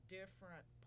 different